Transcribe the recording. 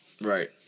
Right